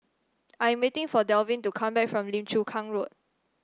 I am waiting for Dalvin to come back from Lim Chu Kang Road